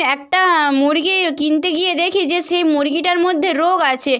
in একটা মুরগি কিনতে গিয়ে দেখি যে সেই মুরগিটার মধ্যে রোগ আছে